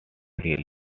hills